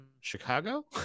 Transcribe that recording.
chicago